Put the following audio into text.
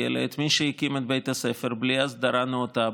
אלא את מי שהקים את בית הספר בלי הסדרה נאותה,